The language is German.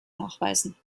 nachweisen